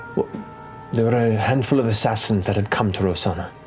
there were a handful of assassins that had come through rosohna,